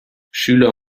schüler